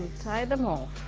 tie them off,